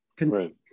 Right